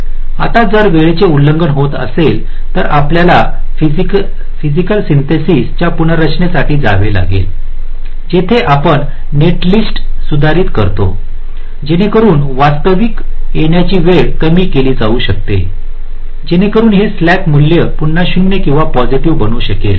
आता जर वेळेचे उल्लंघन होत असेल तर आपल्याला फयसिकल सिन्थेसीस च्या पुनर्रचनासाठी जावे लागेल जिथे आपण नेटलिस्ट सुधारित करतो जेणेकरून वास्तविक येण्याची वेळ कमी केली जाऊ शकते जेणेकरून हे स्लॅक मूल्य पुन्हा 0 किंवा पॉसिटीव्ह बनू शकेल